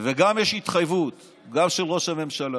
וגם יש התחייבות, גם של ראש הממשלה